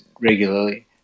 regularly